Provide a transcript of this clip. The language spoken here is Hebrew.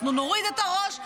אנחנו נוריד את הראש,